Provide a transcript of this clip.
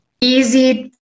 easy